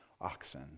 oxen